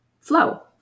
flow